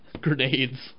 grenades